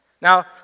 Now